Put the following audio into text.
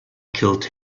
killed